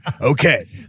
Okay